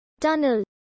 tunnel